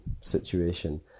situation